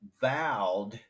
vowed